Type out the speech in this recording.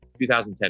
2010